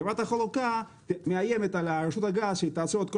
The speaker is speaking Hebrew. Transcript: חברת החלוקה מאיימת על רשות הגז שהיא תעצור את כל